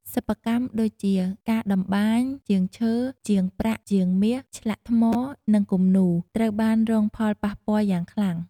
សិប្បកម្មដូចជា ការតម្បាញ ជាងឈើ ជាងប្រាក់ ជាងមាស ឆ្លាក់ថ្ម និងគំនូរ ត្រូវបានរងផលប៉ះពាល់យ៉ាងខ្លាំង។